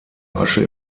asche